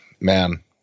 man